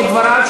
כדבריו,